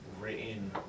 written